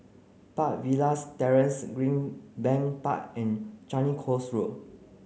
Park Villas Terrace Greenbank Park and Changi Coast Walk